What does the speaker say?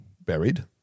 buried